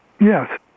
Yes